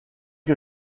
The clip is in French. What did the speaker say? que